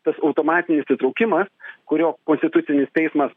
tas automatinis įtraukimas kurio konstitucinis teismas